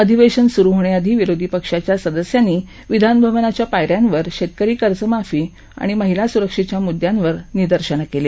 अधिवेशन सुरू होण्याआधी विरोधी पक्षाच्या सदस्यांनी विधानभवनाच्या पायऱ्यांवर शेतकरी कर्जमाफी आणि महिला सुरक्षेच्या मुद्दांवर निदर्शनं केली